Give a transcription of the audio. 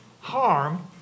harm